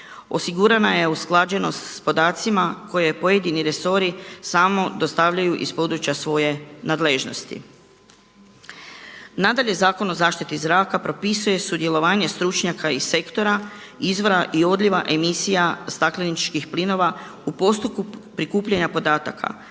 Osigurana je usklađenost s podacima koje pojedini resori samo dostavljaju iz područja svoje nadležnosti. Nadalje, Zakon o zaštiti zraka propisuje sudjelovanje stručnjaka iz sektora, izvora i odljeva emisija stakleničkih plinova u postupku prikupljanja podataka,